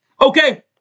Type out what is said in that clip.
Okay